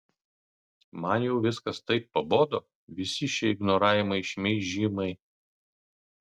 man jau viskas taip pabodo visi šie ignoravimai šmeižimai